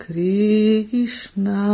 Krishna